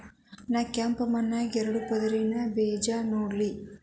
ನಾ ಕೆಂಪ್ ಮಣ್ಣಾಗ ಎರಡು ಪದರಿನ ಬೇಜಾ ನೆಡ್ಲಿ?